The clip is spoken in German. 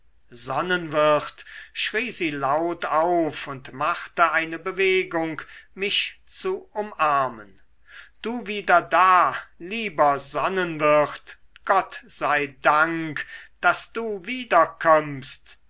sonnenwirt schrie sie laut auf und machte eine bewegung mich zu umarmen du wieder da lieber sonnenwirt gott sei dank daß du